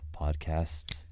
podcast